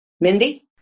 Mindy